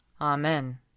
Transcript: Amen